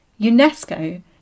UNESCO